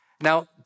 Now